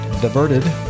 diverted